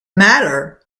matter